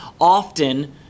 often